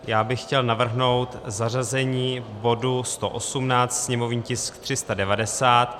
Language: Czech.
Já bych chtěl navrhnout zařazení bodu 118, sněmovní tisk 390.